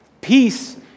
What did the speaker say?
peace